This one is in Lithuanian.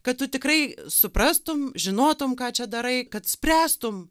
kad tu tikrai suprastum žinotum ką čia darai kad spręstum